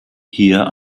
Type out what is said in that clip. hier